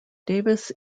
davis